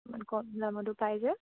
অকমান কম দামতো পাই যে